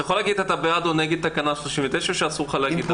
אתה יכול להגיד אם אתה בעד או נגד תקנה 39 או שאסור לך להגיד?